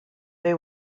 they